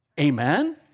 Amen